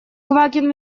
квакин